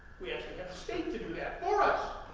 we actually have state to do that for us.